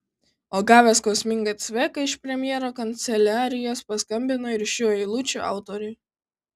o gavęs skausmingą cveką iš premjero kanceliarijos paskambino ir šių eilučių autoriui